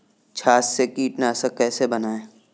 छाछ से कीटनाशक कैसे बनाएँ?